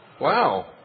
Wow